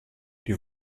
die